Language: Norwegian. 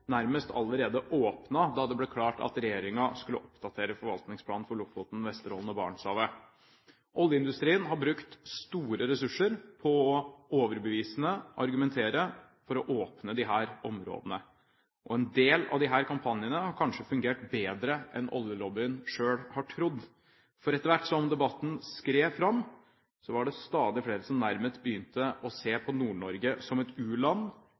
nærmest allerede åpnet da det ble klart at regjeringen skulle oppdatere forvaltningsplanen for Lofoten, Vesterålen og Barentshavet. Oljeindustrien har brukt store ressurser på overbevisende å argumentere for å åpne disse områdene, og en del av disse kampanjene har kanskje fungert bedre enn oljelobbyen selv har trodd, for etter hvert som debatten skred fram, var det stadig flere som nærmest begynte å se på Nord-Norge som et